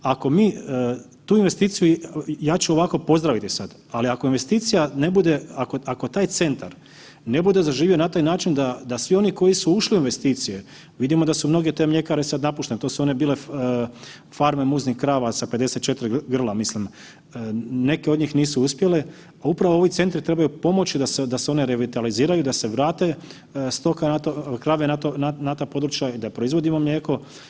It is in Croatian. Ako mi u investiciju, ja ću ovako, pozdraviti sad, ali ako investicija ne bude, ako taj Centar ne bude zaživio na taj način da, da svi oni koji su ušli u investicije, vidimo da su mnoge te mljekare sad napuštene, to su one bile farme muznih krava sa 54 grla, mislim, neke od njih nisu uspjele, a upravo ovi centri trebaju pomoći da se one revitaliziraju, da se vrate stoka na to, krave na ta područja, da proizvodimo mlijeko.